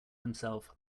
himself